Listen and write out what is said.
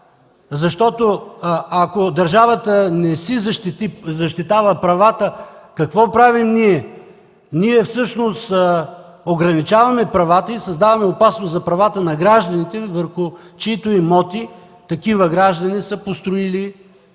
Защото ако държавата не си защитава правата, какво правим ние? Ние всъщност ограничаваме правата и създаваме опасност за правата на гражданите, върху чиито имоти такива граждани са построили къщи,